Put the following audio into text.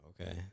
okay